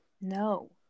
No